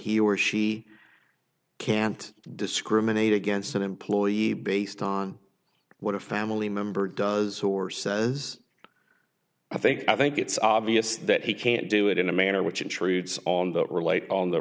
he or she can't discriminate against an employee based on what a family member does or says i think i think it's obvious that he can't do it in a manner which intrudes all the light on the